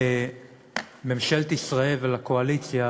לממשלת ישראל ולקואליציה: